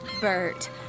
Bert